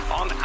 on